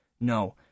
No